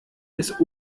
des